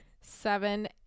seven